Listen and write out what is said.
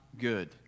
good